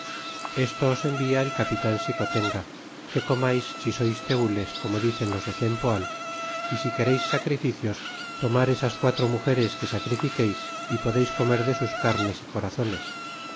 esto os envia el capitan xicotenga que comais si sois tenles como dicen los de cempoal é si quereis sacrificios tomar esas quatro mugeres que sacrifiqueis y podeis comer de sus carnes y corazones